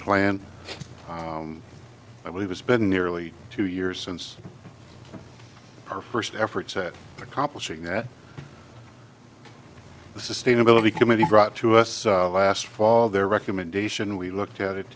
plan and i believe it's been nearly two years since our first efforts at accomplishing that the sustainability committee brought to us last fall their recommendation we looked at it